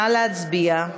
נא להצביע.